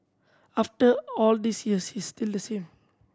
after all these years he's still the same